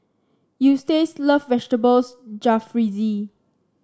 Eustace love Vegetables Jalfrezi